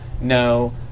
No